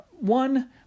one